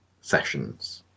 sessions